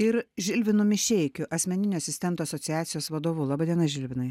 ir žilvinu mišeikiu asmeninio asistento asociacijos vadovu laba diena žilvinai